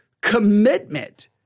commitment